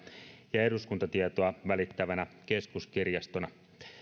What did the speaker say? ja eduskuntatietoa välittävänä keskuskirjastona